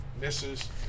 misses